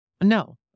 No